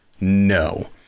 no